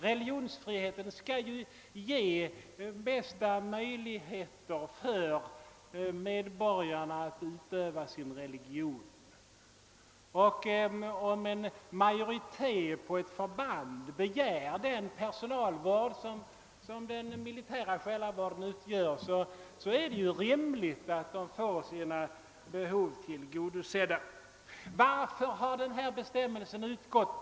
Religionsfriheten skall ju ge medborgarna full frihet att utöva sin religion, och om en majoritet på ett förband begär den personalvård som den militära själavården utgör, är det rimligt att den får sina behov i det fallet tillgodosedda. Varför har då den här bestämmel sen utgått?